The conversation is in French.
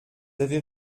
avez